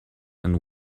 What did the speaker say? and